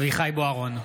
אביחי אברהם בוארון,